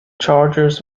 charges